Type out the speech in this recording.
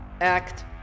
act